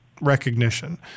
recognition